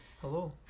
Hello